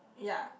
ya